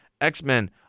X-Men